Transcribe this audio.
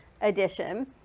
Edition